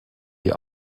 die